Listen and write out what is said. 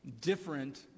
different